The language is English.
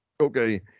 okay